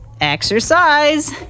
exercise